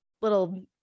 little